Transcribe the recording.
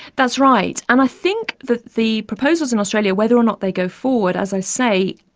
that's right. and i think that the proposals in australia, whether or not they go forward, as i say,